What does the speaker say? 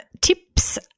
tips